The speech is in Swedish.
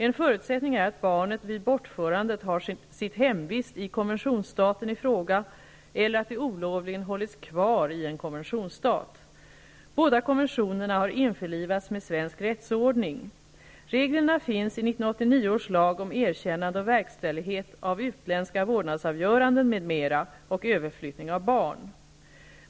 En förutsättning är att barnet vid bortförandet har sitt hemvist i konventionsstaten i fråga eller att det olovligen hållits kvar i en konventionsstat. Båda konventionerna har införlivats med svensk rättsordning. Reglerna finns i 1989 års lag om erkännande och verkställighet av utländska vårdnadsavgöranden m.m. och överflyttning av barn.